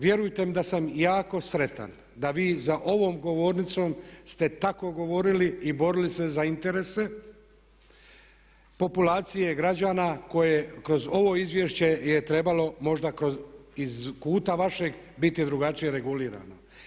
Vjerujte mi da sam jako sretan da vi za ovom govornicom ste tako govorili i borili se za interese populacije građana koje kroz ovo izvješće je trebalo možda iz kuta vašeg biti drugačije regulirano.